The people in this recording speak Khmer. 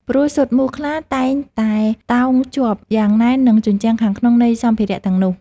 ព្រោះស៊ុតមូសខ្លាតែងតែតោងជាប់យ៉ាងណែននឹងជញ្ជាំងខាងក្នុងនៃសម្ភារៈទាំងនោះ។